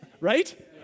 Right